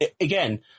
Again